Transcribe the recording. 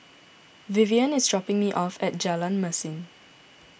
Vivien is dropping me off at Jalan Mesin